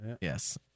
Yes